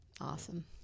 awesome